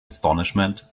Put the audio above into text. astonishment